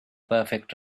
perfect